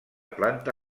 planta